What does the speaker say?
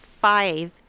five